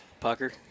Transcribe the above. pucker